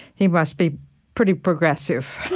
he must be pretty progressive,